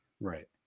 Right